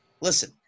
listen